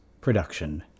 production